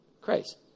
Christ